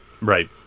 Right